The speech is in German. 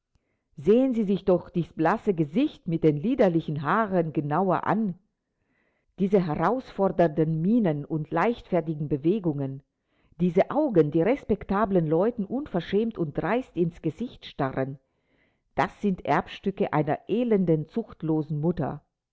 sehen sie sich doch dies blasse gesicht mit den liederlichen haaren genauer an diese herausfordernden mienen und leichtfertigen bewegungen diese augen die respektablen leuten unverschämt und dreist ins gesicht starren das sind erbstücke einer elenden zuchtlosen mutter